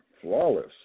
flawless